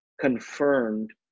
confirmed